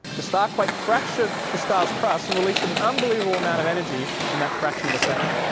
the star quake fractured the star's crust and released an unbelievable amount of energy in that fraction of a second.